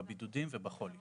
בבידודים ובחולי.